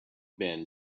been